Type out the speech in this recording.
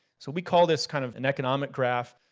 so we call this kind of an economic graph,